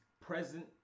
present